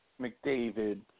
McDavid